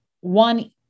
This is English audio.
one